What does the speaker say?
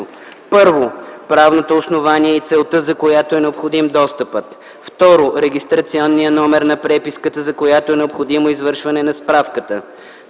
1. правното основание и целта, за която е необходим достъпът; 2. регистрационния номер на преписката, за която е необходимо извършване на справката;